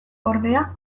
ordea